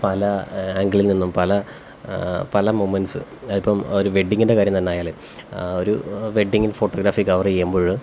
പല ആംഗിളിൽ നിന്നും പല മുമെന്സ് ഇപ്പോൾ വെഡിങ്ങിന്റെ കാര്യം തന്നെ ആയാൽ ഒരു വെഡിംഗ് ഫോട്ടോഗ്രാഫി കവറ് ചെയ്യുമ്പോഴ്